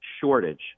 shortage